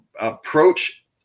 approach